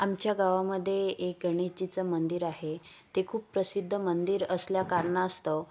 आमच्या गावामध्ये एक गणेशजीचं मंदिर आहे ते खूप प्रसिद्ध मंदिर असल्या कारणास्तव